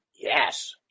Yes